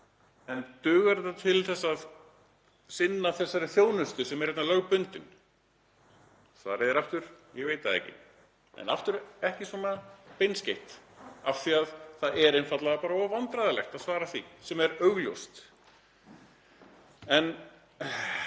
En dugar það til að sinna þessari þjónustu sem er lögbundin? Svarið er aftur. Ég veit það ekki. Það er ekki svona beinskeytt af því að það er einfaldlega bara of vandræðalegt að svara því sem er augljóst. Ég